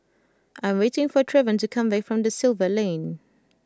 I'm waiting for Trevon to come back from Da Silva Lane